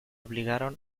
obligaron